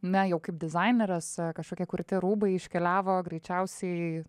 na jau kaip dizainerės kažkokie kurti rūbai iškeliavo greičiausiai